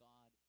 God